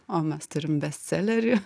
o mes turim bestselerį